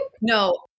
no